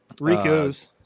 Ricos